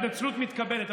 ההתנצלות מתקבלת,